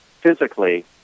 physically